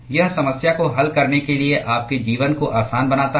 यह समस्या को हल करने के लिए आपके जीवन को आसान बनाता है